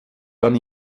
dann